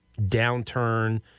downturn